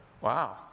wow